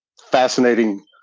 fascinating